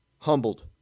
Humbled